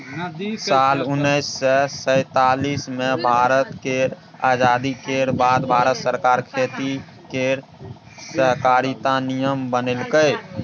साल उन्नैस सय सैतालीस मे भारत केर आजादी केर बाद भारत सरकार खेती केर सहकारिता नियम बनेलकै